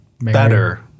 better